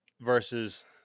versus